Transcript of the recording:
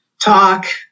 talk